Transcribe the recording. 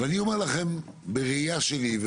ואני אומר לכם בראייה שלי,